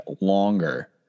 longer